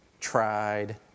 tried